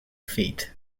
feet